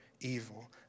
evil